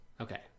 Okay